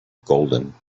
golden